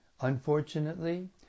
unfortunately